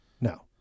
no